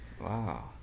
Wow